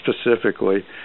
specifically